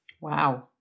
Wow